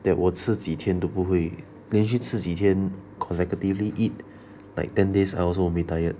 that 我吃几天都不会连续吃几天 consecutively eat like ten days I also won't be tired